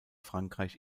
frankreich